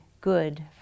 Good